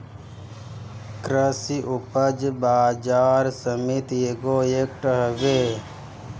कृषि उपज बाजार समिति एगो एक्ट हवे